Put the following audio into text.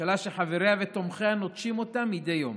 ממשלה שחבריה ותומכיה נוטשים אותה מדי יום,